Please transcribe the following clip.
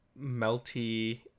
melty